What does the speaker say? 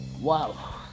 wow